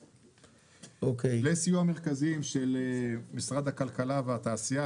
וסיוע מרכזים של משרד הכלכלה והתעשייה,